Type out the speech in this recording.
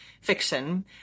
fiction